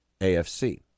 AFC